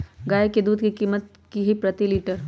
गाय के दूध के कीमत की हई प्रति लिटर?